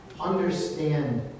understand